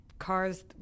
cars